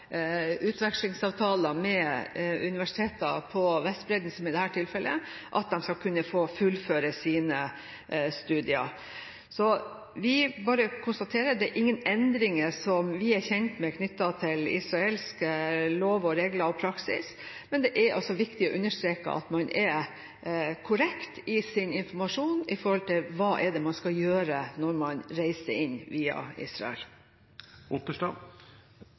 utvekslingsavtaler med universiteter på Vestbredden, som i dette tilfellet, ikke skal kunne få fullføre sine studier. Så vi bare konstaterer at det ikke er noen endringer som vi er kjent med knyttet til israelske lover og regler og praksis. Men det er altså viktig å understreke at man er korrekt i sin informasjon angående hva man skal gjøre når man reiser inn via Israel.